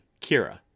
Kira